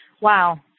Wow